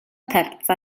terza